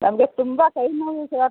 ನಮಗೆ ತುಂಬ ಕೈ ನೋವು ಸರ್